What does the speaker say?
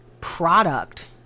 product